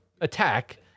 attack